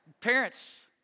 Parents